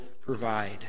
provide